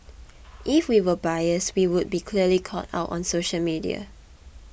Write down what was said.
if we were biased we would be clearly called out on social media